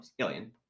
Alien